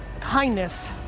Kindness